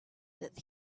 that